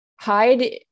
hide